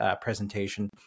presentation